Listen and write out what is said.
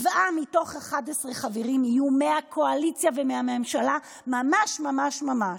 7 מתוך 11 חברים יהיו מהקואליציה ומהממשלה ממש ממש ממש.